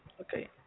Okay